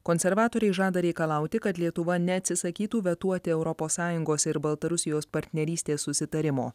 konservatoriai žada reikalauti kad lietuva neatsisakytų vetuoti europos sąjungos ir baltarusijos partnerystės susitarimo